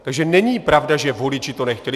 Takže není pravda, že voliči to nechtěli.